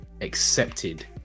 accepted